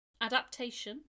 Adaptation